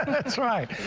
and that's right.